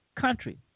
country